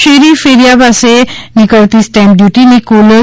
શેરી ફેરિયા પાસે નિકલતી સ્ટેમ્પ ડ્યૂટિની કુલ રૂ